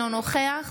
אינו נוכח